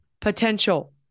potential